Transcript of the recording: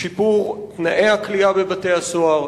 שיפור תנאי הכליאה בבתי-הסוהר.